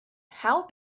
how